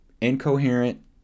incoherent